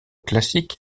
classique